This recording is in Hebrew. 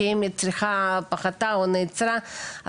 שאם הצריכה פחתה או נעצרה,